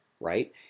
right